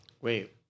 wait